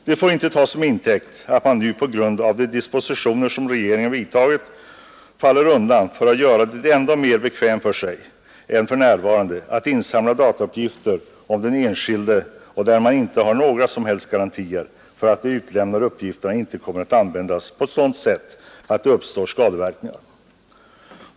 Det får inte tas som intäkt att man nu på grund av de dispositioner som regeringen vidtagit faller undan för att göra det ändå mer bekvämt för sig än för närvarande att insamla datauppgifter om den enskilde, där man inte har några som helst garantier för att de utlämnade uppgifterna inte kommer att användas på ett sådant sätt att det uppstår skadeverkningar.